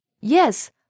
Yes